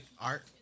Art